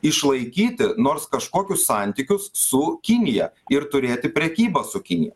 išlaikyti nors kažkokius santykius su kinija ir turėti prekybą su kinija